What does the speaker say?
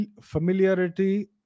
Familiarity